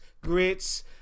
grits